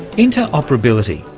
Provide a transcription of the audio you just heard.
interoperability,